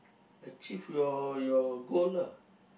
achieve your your goal lah